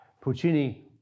Puccini